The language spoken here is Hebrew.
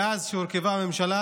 מאז שהורכבה הממשלה